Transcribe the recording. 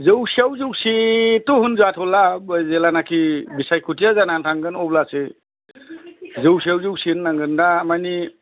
जौसेआव जौसेथ' होनजाथ'ला जेब्लानाखि बिसायख'थिया जानानै थांगोन अब्लासो जौसेआव जौसे होननांगोन दा माने